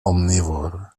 omnívor